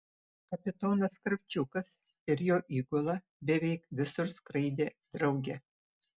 kapitonas kravčiukas ir jo įgula beveik visur skraidė drauge